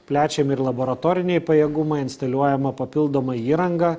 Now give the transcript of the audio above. plečiam ir laboratoriniai pajėgumai instaliuojama papildoma įranga